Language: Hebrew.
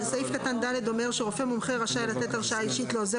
(ד) רופא מומחה רשאי לתת הרשאה אישית לעוזר